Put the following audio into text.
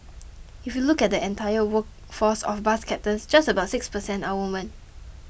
if you look at the entire workforce of bus captains just about six per cent are woman